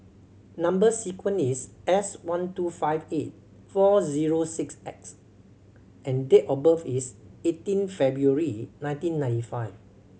number sequence is S one two five eight four zero six X and date of birth is eighteen February nineteen ninety five